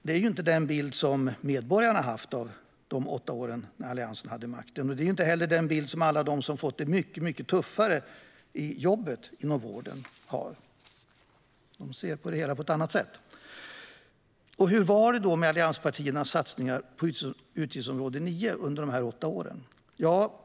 Det är ju inte den bild som medborgarna har haft av Alliansens åtta år vid makten. Det är inte heller den bild som alla som har fått det mycket tuffare på jobbet inom vården har fått. Där ser man på det hela på ett annat sätt. Hur var det då med allianspartiernas satsningar på utgiftsområde 9 under deras åtta år?